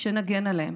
שנגן עליהם